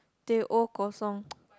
teh O Kosong